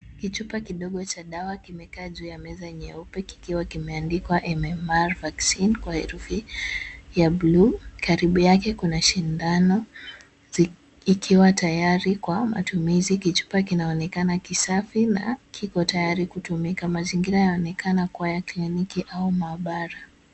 Kichupa kidogo cha dawa kimikaa juu ya meza nyeupe kikiwa kimeandikwa MMR vaccine kwa herufi ya bluu. Karibu yake kuna sindano ikiwa tayari kwa matumizi. Kichupa kinaonekana kisafi na kiko tayari kutumika. Mazingira yaonekana kuwa ya kliniki au maabara.